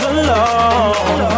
alone